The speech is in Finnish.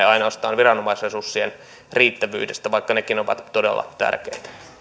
ainoastaan viranomaisresurssien riittävyydestä vaikka nekin ovat todella tärkeitä